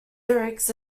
lyrics